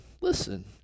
Listen